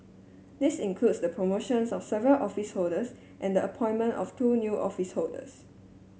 this includes the promotions of several office holders and the appointment of two new office holders